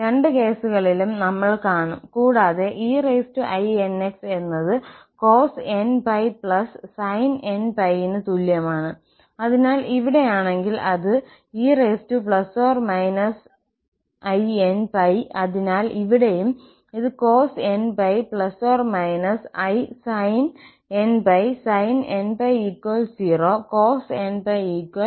രണ്ട് കേസുകളിലും നമ്മൾ കാണും കൂടാതെ einx എന്നത് cosnπisin nπ ന് തുല്യമാണ് അതിനാൽ ഇവിടെയാണെങ്കിൽ അത് e±inπ അതിനാൽ ഇവിടെയും ഇത് cosnπ ± isin nπ sin nπ 0 cosnπ−1n